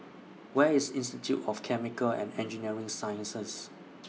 Where IS Institute of Chemical and Engineering Sciences